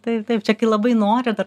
taip taip čia kai labai nori o dar